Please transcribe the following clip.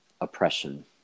oppression